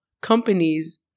companies